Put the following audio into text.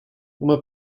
uma